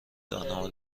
راهنما